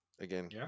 Again